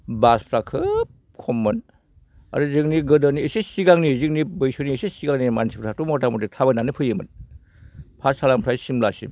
बासफ्रा खोब खममोन आरो जोंनि गोदोनि एसे सिगांनि जोंनि बैसोनि एसे सिगांनि मानसिफ्राथ' मटामटि थाबायनानै फैयोमोन पाथसालानिफ्राय सिमलासिम